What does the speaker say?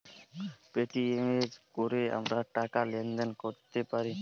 Paytm এ কোরে আমরা টাকা লেনদেন কোরতে পারি